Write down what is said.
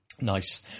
nice